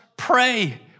Pray